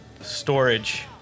storage